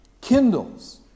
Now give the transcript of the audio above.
kindles